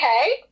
okay